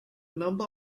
number